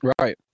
Right